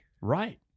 Right